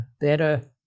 better